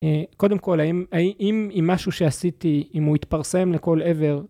קודם כל האם משהו שעשיתי אם הוא התפרסם לכל עבר